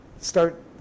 start